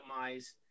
optimize